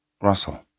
Russell